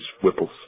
Whipple's